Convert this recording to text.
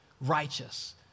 righteous